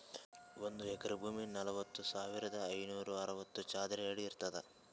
ಒಂದ್ ಎಕರಿ ಭೂಮಿ ನಲವತ್ಮೂರು ಸಾವಿರದ ಐನೂರ ಅರವತ್ತು ಚದರ ಅಡಿ ಇರ್ತದ